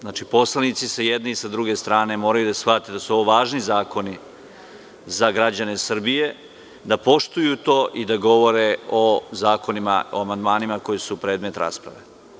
Znači, poslanici sa jedne i sa druge strane moraju da shvate da su ovo važni zakoni za građane Srbije, da poštuju to i da govore o zakonima, o amandmanima koji su predmet rasprave.